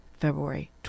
February